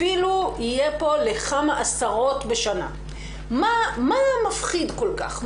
אפילו יהיה פה לכמה עשרות בשנה, מה מפחיד כל כך?